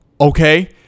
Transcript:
Okay